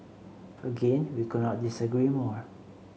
again we could not disagree more